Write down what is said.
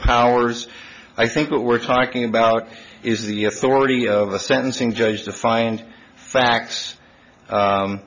powers i think what we're talking about is the authority of the sentencing judge to find facts